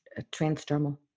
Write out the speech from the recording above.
transdermal